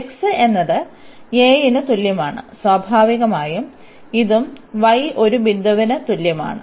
x എന്നത് a ന് തുല്യമാണ് സ്വാഭാവികമായും ഇതും y ഒരു ബിന്ദുവിന് തുല്യമാണ്